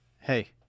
Hey